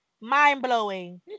Mind-blowing